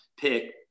pick